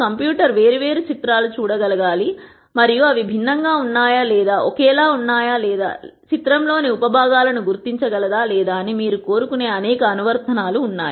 computer వేర్వేరు చిత్రాలు చూడగలగాలి మరియు అవి భిన్నం గా ఉన్నాయా లేదా ఒకేలా ఉన్నా యా లేదా చిత్రం లోని ఉప భాగాలను గుర్తించగలదా అని మీరు కోరుకునే అనేక అనువర్తనాలు ఉన్నాయి